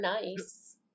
nice